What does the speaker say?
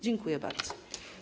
Dziękuję bardzo.